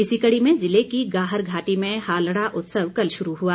इसी कड़ी में जिले की गाहर घाटी में हालड़ा उत्सव कल शुरू हुआ